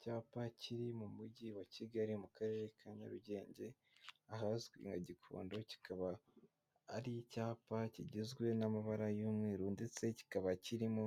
cyapa kiri mu mujyi wa kigali mu karere ka nyarugenge ahazwi nka gikondo kikaba ari icyapa kigizwe n'amabara y'umweru ndetse kikaba kirimo